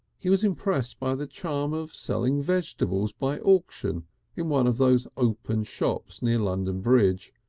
he was impressed by the charm of selling vegetables by auction in one of those open shops near london bridge,